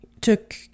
took